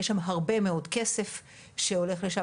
יש שם הרבה מאוד כסף שהולך לשם.